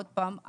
עוד פעם.